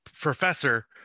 professor